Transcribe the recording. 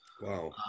Wow